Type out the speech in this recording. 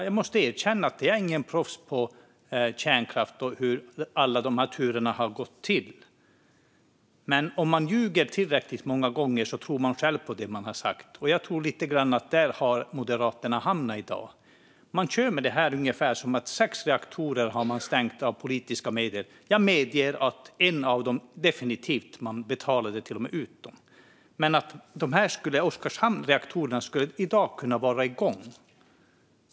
Jag erkänner att jag inte är något proffs på kärnkraft och på hur alla turerna kring den har gått till. Men om man ljuger tillräckligt många gånger tror man själv på det man har sagt, och jag tror att Moderaterna har hamnat där. Man kör med att sex reaktorer har stängts av politiska skäl. Jag medger att det var så med en av dem och att man till och med betalade för det. Men menar ni att reaktorerna i Oskarshamn skulle kunna vara igång i dag?